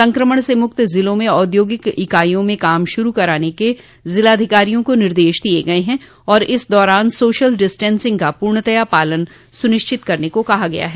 संक्रमण से मुक्त जिलों में औद्योगिक इकाइयों में काम शुरू कराने के जिलाधिकारियों को निर्देश दिय गये हैं और इस दौरान सोशल डिस्टेंसिंग का पूर्णतया पालन सुनिश्चित करने को कहा गया है